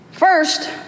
First